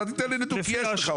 אתה תיתן לי נתון כי יש לך אותו.